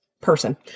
person